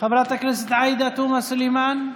חברת הכנסת עאידה תומא סלימאן,